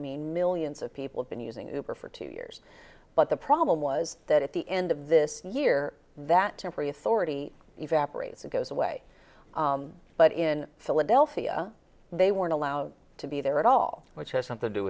mean millions of people have been using uber for two years but the problem was that at the end of this year that temporary authority evaporates it goes away but in philadelphia they weren't allowed to be there at all which has something to do